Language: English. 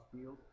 field